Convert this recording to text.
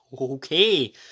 Okay